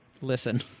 listen